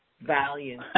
value